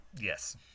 yes